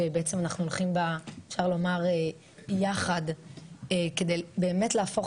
שבעצם אנחנו הולכים בה יחד כדי באמת להפוך